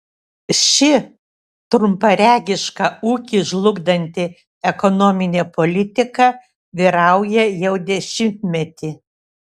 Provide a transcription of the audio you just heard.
ši trumparegiška ūkį žlugdanti ekonominė politika vyrauja jau dešimtmetį